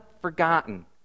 forgotten